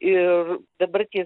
ir dabar tie